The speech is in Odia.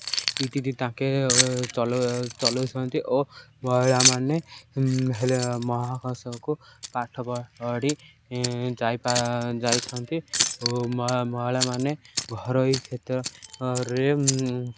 ଇତିଦି ତାଙ୍କେ ଚଲଉଛନ୍ତି ଓ ମହିଳାମାନେ ହେଲେ ମହାକାଶକୁ ପାଠ ପଢ଼ି ଯାଇଛନ୍ତି ଓ ମହିଳାମାନେ ଘରୋଇ କ୍ଷେତ୍ରରେ